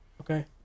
okay